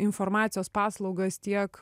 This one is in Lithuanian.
informacijos paslaugas tiek